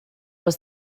was